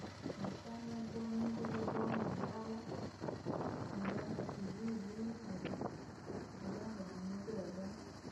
Maisha yane yaboowa, niuriya vyaboowa, noolala, noolangaa tivi vii, nu- nuolanga dunia javeeyyo doma.